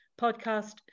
podcast